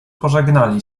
pożegnali